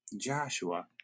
Joshua